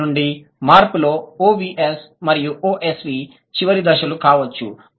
SOV నుండి మార్పులో OVS మరియు OSV చివరి దశలు కావచ్చు